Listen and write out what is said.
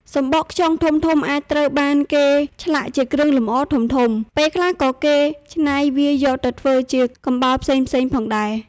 សំបកខ្យងធំៗអាចត្រូវបានគេឆ្លាក់ជាគ្រឿងលម្អធំៗ ពេលខ្លះក៏គេច្នៃវាយកទៅធ្វើជាកំបោរផ្សេងៗផងដែរ។